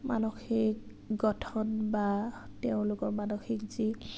মানসিক গঠন বা তেওঁলোকৰ মানসিক যি